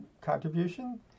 contribution